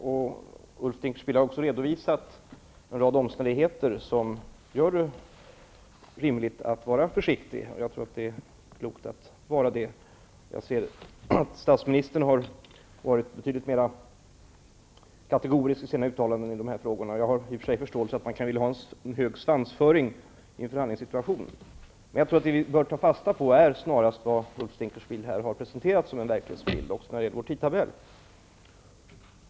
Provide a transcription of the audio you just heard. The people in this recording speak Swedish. Ulf Dinkelspiel har också redovisat en rad omständigheter som gör det rimligt att vara försiktig. Statsministern har varit betydligt mer kategorisk i sina uttalanden i de här frågorna. Jag har i och för sig en viss förståelse för att man kan vilja ha en hög svansföring i en förhandlingssituation. Men jag tror att vi bör ta fasta på vad Ulf Dinkelspiel här har presenterat som en verklighetsbild när det gäller vår tidtabell.